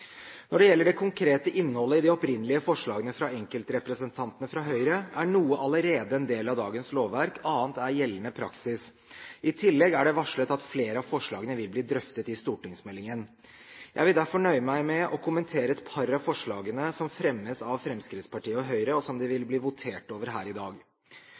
Når det gjelder det konkrete innholdet i de opprinnelige forslagene fra enkeltrepresentantene fra Høyre, er noe allerede en del av dagens lovverk, annet er gjeldende praksis. I tillegg er det varslet at flere av forslagene vil bli drøftet i stortingsmeldingen. Jeg vil derfor nøye meg med å kommentere et par av forslagene som fremmes av Fremskrittspartiet og Høyre, og som det vil bli votert over her i dag.